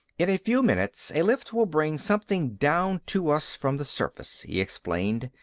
in a few minutes, a lift will bring something down to us from the surface, he explained.